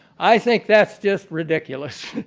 i think that's just ridiculous.